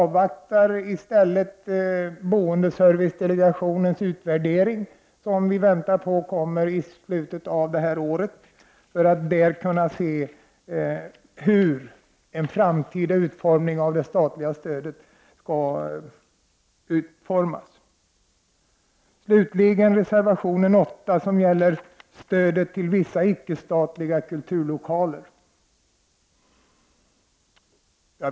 Vi vill i stället att man avvaktar boendeservicedelegationens utvärdering, som kommer i slutet av detta år, för att se hur det statliga stödet skall kunna utformas i framtiden. Reservation 8, slutligen, gäller stödet till vissa icke-statliga kulturlokaler.